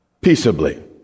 peaceably